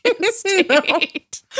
State